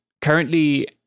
currently